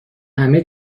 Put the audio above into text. همه